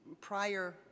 prior